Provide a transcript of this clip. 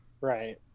Right